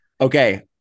Okay